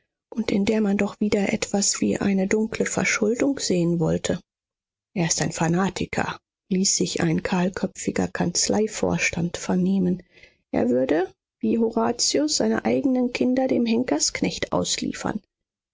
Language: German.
und in der man doch wieder etwas wie eine dunkle verschuldung sehen wollte er ist ein fanatiker ließ sich ein kahlköpfiger kanzleivorstand vernehmen er würde wie horatius seine eignen kinder dem henkersknecht ausliefern